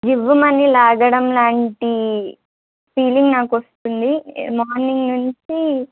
జివ్వుమని లాగడం లాంటి ఫీలింగ్ నాకు వస్తుంది మార్నింగ్ నుంచి